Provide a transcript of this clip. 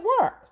work